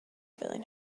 feeling